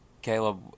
Caleb